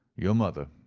your mother.